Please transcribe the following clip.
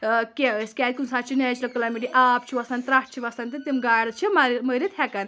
ٲں کیٚنٛہہ أسۍ کیٛازِ کُنہِ ساتہٕ چھُ نیچرَل کٕلایمیٹٕے آب چھُ وَسان ترٛٹھ چھِ وَسان تہٕ تِم گاڑٕ چھِ مٔرِتھ ہیٚکان